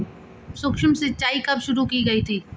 सूक्ष्म सिंचाई कब शुरू की गई थी?